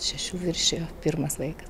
šešių viršijo pirmas vaikas